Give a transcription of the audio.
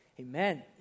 Amen